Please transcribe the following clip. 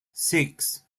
six